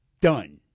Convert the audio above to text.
done